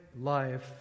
life